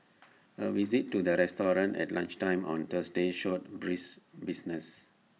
A visit to the restaurant at lunchtime on Thursday showed brisk business